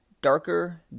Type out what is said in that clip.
Darker